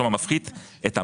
כלומר מפחית את המס.